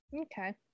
okay